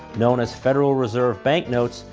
known as federal reserve bank notes,